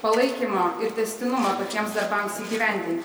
palaikymo ir tęstinumo tokiems darbams įgyvendinti